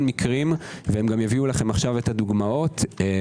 מקרים ויביאו לכם עכשיו את הדוגמאות עכשיו.